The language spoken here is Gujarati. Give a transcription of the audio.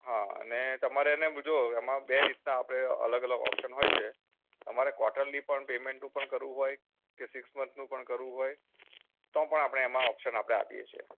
હા અને તમારે એને જોઓ એમાં બે રીતના આપળે અલગ અલગ ઓપ્સન હોય છે તમારે કોર્ટરલી પણ પેમેન્ટનું પણ કરવું હોય કે સિક્સ મંથનું પણ કરવું હોય તો પણ આપળે એમાં ઓપ્સન આપળે આપીએ છીએ